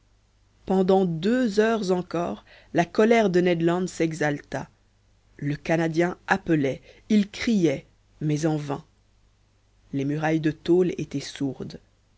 pendant deux heures encore la colère de ned land s'exalta le canadien appelait il criait mais en vain les murailles de tôle étaient sourdes